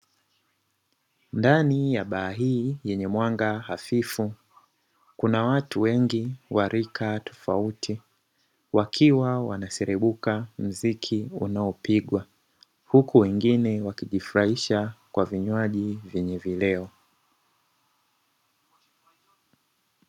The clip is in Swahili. Ndani ya baa hii yenye mwanga hafifu; kuna watu wengi wa rika tofauti, wakiwa wanaserebuka mziki unaopigwa, huku wengine wakijifurahisha kwa vinywaji vyenye vileo.